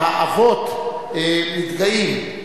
האבות, מתגאים.